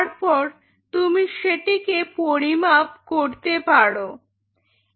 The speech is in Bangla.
তারপর তুমি সেটিকে পরিমাপ করতে পারো Refer Time 1623